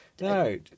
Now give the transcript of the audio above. No